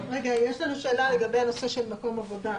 רגע, יש לנו שאלה לגבי הנושא של מקום עבודה.